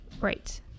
Right